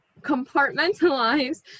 compartmentalize